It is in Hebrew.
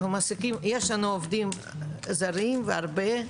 יש לנו עובדים זרים, והרבה.